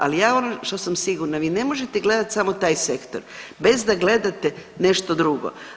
Ali ja ono što sam sigurna, vi ne možete gledat samo taj sektor, bez da gledate nešto drugo.